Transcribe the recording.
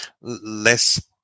less